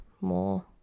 more